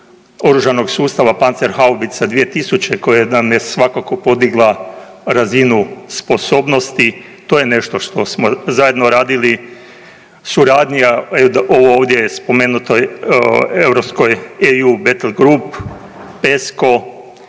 oružanog sustava Pancer haubica 2000 koja nam je svakako podigla razinu sposobnosti. To je nešto što smo zajedno radili. Suradnja ovo ovdje je spomenuto europskoj … grup, Pesco,